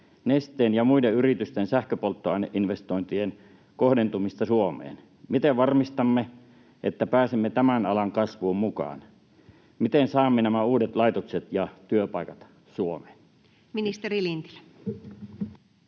Nesteen ja muiden yritysten sähköpolttoaineinvestointien kohdentumista Suomeen? Miten varmistamme, että pääsemme tämän alan kasvuun mukaan? Miten saamme nämä uudet laitokset ja työpaikat Suomeen? Ministeri Lintilä.